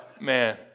Man